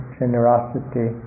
generosity